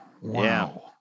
Wow